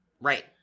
right